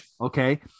okay